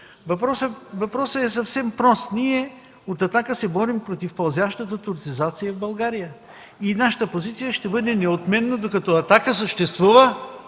Въпросът е съвсем прост – ние от „Атака” се борим против пълзящата турцизация в България. Нашата позиция ще бъде неотменна докато „Атака” съществува